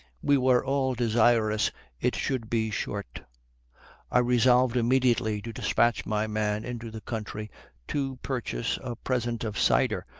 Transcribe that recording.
we were all desirous it should be short i resolved immediately to despatch my man into the country to purchase a present of cider,